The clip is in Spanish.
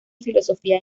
filosofía